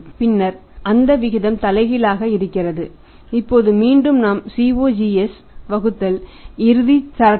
பின்னர் அந்த விகிதம் தலைகீழாக இருக்கிறது இப்போது மீண்டும் நாம் COGS வகுத்தல் இறுதிச் சரக்குகள்